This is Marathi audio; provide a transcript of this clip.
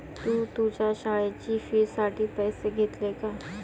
तू तुझ्या शाळेच्या फी साठी पैसे घेतले का?